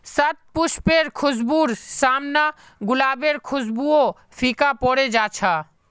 शतपुष्पेर खुशबूर साम न गुलाबेर खुशबूओ फीका पोरे जा छ